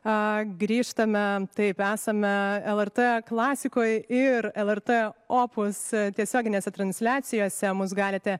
grįžtame taip esame lrt klasikoj ir lrt opus tiesioginėse transliacijose mus galite